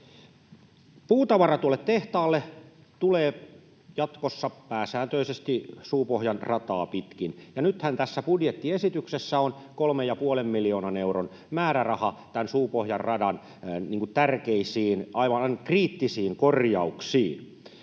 Puutavara tuolle tehtaalle tulee jatkossa pääsääntöisesti Suupohjan rataa pitkin, ja nythän tässä budjettiesityksessä on kolmen ja puolen miljoonan euron määräraha tämän Suupohjan radan tärkeisiin, aivan kriittisiin korjauksiin.